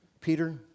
Peter